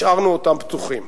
השארנו אותם פתוחים.